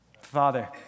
Father